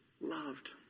loved